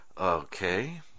okay